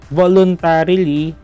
voluntarily